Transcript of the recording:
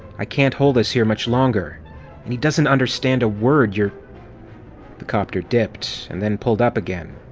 i can't hold us here much longer and he doesn't understand a word you're the copter dipped, and then pulled up again.